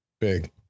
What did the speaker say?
Big